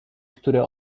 które